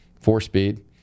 four-speed